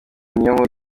niyonkuru